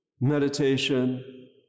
meditation